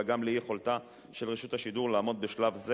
אלא גם לאי-יכולתה של רשות השידור לעמוד בשלב זה